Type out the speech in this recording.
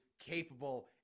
capable